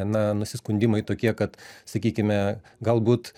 na nusiskundimai tokie kad sakykime galbūt